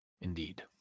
indeed